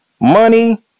Money